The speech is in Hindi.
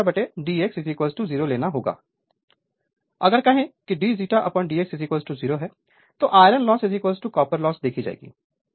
Refer Slide Time 2224 अगर कहें कि d zetadx 0 है तो आयरन लॉस कॉपर लॉस देखी जाएगी